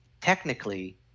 technically